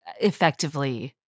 effectively